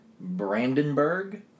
Brandenburg